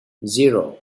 zero